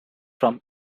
from